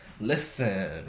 Listen